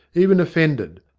even offended.